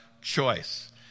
choice